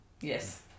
Yes